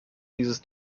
dieses